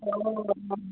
অঁ অঁ